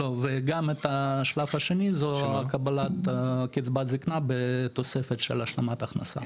גם את השלב השני זה הקבלת הקצבת זקנה בתוספת של השלמת הכנסה.